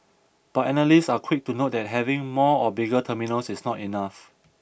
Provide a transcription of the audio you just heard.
but analysts are quick to note that having more or bigger terminals is not enough